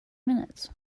minutes